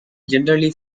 generally